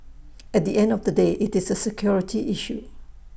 at the end of the day IT is A security issue